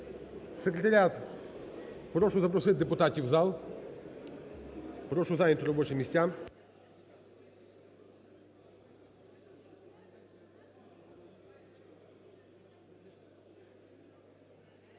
секретаріат, прошу запросити депутатів в зал. Прошу зайняти робочі місця.